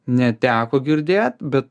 neteko girdėt bet